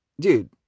Dude